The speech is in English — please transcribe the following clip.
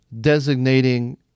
designating